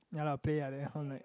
ya lah pay lah then how like